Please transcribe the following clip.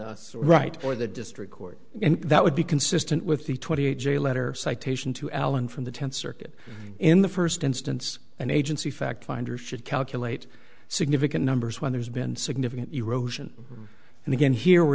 the right or the district court and that would be consistent with the twenty eight j letter citation to allen from the tenth circuit in the first instance an agency fact finder should calculate significant numbers when there's been significant erosion and again here